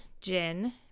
gin